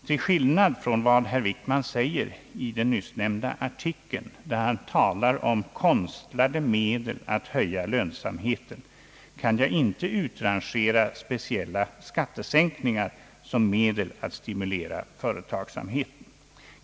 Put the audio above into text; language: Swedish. Till skillnad från vad herr Wickman säger i den nyssnämnda artikeln, där han talar om »konstlade medel» att höja lönsamheten, kan jag inte utrangera speciella skattesänkningar som medel att stimulera företagsamheten.